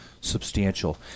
substantial